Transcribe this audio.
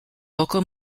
local